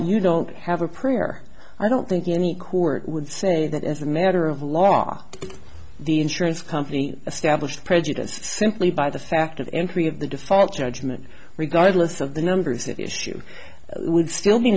you don't have a prayer i don't think any court would say that as a matter of law the insurance company established prejudice simply by the fact of entry of the default judgment regardless of the numbers that issue would still be